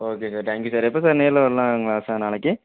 okay sir thank you sir எப்போ sir நேரில வரலாம் மா சார் நாளைக்கு